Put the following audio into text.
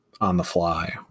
on-the-fly